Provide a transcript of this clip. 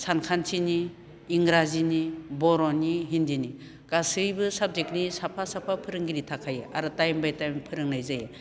सानखान्थिनि इंराजिनि बर'नि हिन्दीनि गासैबो साबजेक्टनि साफा साफा फोरोंगिरि थाखायो आरो टाइम बाय टाइम फोरोंनाय जायो